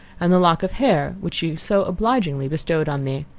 and the lock of hair, which you so obligingly bestowed on me.